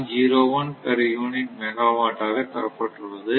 01 per unit megawatt ஆக தரப்பட்டுள்ளது